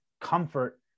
comfort